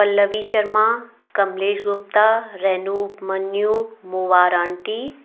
Pallavi Sharma Kamlesh Gupta Renu Upmanyu Mowar aunty